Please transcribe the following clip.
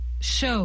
show